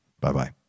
Bye-bye